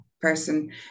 person